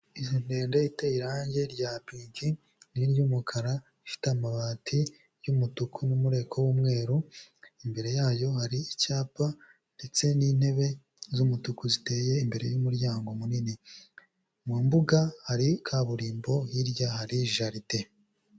Izo ndende iteye irangi rya pink n'iry'umukara, ifite amabati y'umutuku n'umureko w'umweru, imbere yayo hari icyapa ndetse n'intebe z'umutuku ziteye imbere y'umuryango munini. Mu mbuga hari kaburimbo, hirya hari jaride.